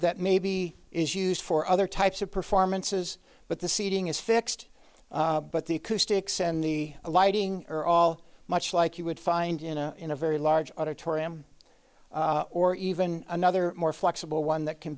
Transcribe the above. that maybe is used for other types of performances but the seating is fixed but the acoustics and the lighting are all much like you would find in a in a very large auditorium or even another more flexible one that can